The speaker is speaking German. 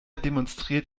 demonstriert